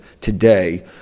today